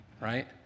right